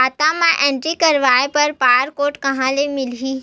खाता म एंट्री कराय बर बार कोड कहां ले मिलही?